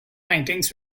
paintings